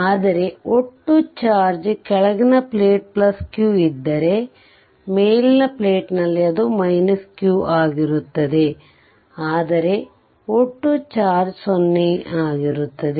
ಆದರೆ ಒಟ್ಟು ಚಾರ್ಜ್ ಕೆಳಗಿನ ಪ್ಲೇಟ್ q ಇದ್ದರೆ ಅಥವಾ ಮೇಲಿನ ಪ್ಲೇಟ್ ನಲ್ಲಿ ಅದು q ಆಗಿರುತ್ತದೆ ಆದರೆ ಒಟ್ಟು ಚಾರ್ಜ್ 0 ಆಗಿರುತ್ತದೆ